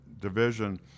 division